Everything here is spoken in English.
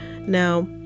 now